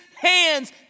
hands